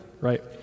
right